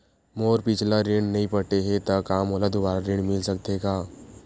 मोर पिछला ऋण नइ पटे हे त का मोला दुबारा ऋण मिल सकथे का?